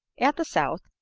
at the south,